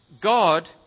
God